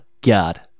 God